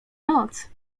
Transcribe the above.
noc